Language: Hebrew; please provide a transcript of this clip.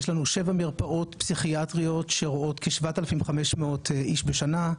יש לנו שבע מרפאות פסיכיאטריות שרואות כ-7,500 איש בשנה,